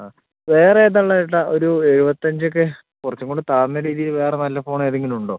അ വേറെ ഏതാ ഉള്ളത് ചേട്ടാ ഒരു എഴുപത്തഞ്ചൊക്കെ കുറച്ചും കൂടി താന്ന രീതിയിൽ വേറെ നല്ല ഫോൺ ഏതെങ്കിലും ഉണ്ടോ